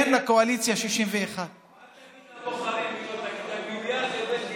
אין לקואליציה 61. אל תגידו הלכו הביתה,